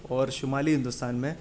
اور شمالی ہندوستان میں